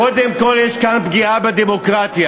קודם כול, יש כאן פגיעה בדמוקרטיה.